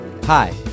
Hi